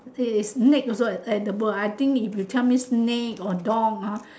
say is snake also ed~ edible I think if you tell me snake or dog ah